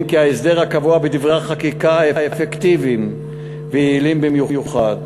כי ההסדרים הקבועים בדברי החקיקה אפקטיביים ויעילים במיוחד.